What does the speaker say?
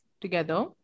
together